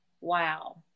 Wow